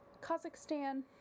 Kazakhstan